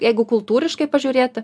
jeigu kultūriškai pažiūrėti